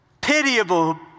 pitiable